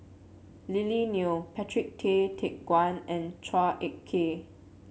Lily Neo Patrick Tay Teck Guan and Chua Ek Kay